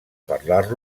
parlar